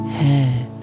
head